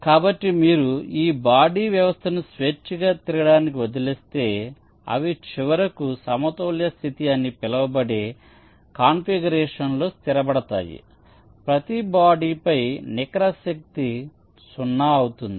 కాబట్టి మీరు ఈ బాడీ వ్యవస్థను స్వేచ్ఛగా తిరగడానికి వదిలేస్తే అవి చివరకు సమతౌల్య స్థితి అని పిలవబడే కాన్ఫిగరేషన్లో స్థిరపడతాయి ప్రతి బాడీపై నికర శక్తి 0 అవుతుంది